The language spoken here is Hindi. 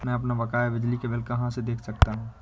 मैं अपना बकाया बिजली का बिल कहाँ से देख सकता हूँ?